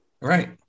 right